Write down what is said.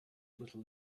little